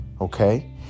Okay